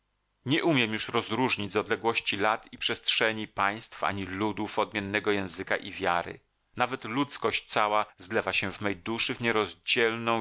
nie umiem już rozróżnić z odległości lat i przestrzeni państw ani ludów odmiennego języka i wiary nawet ludzkość cała zlewa się w mojej duszy w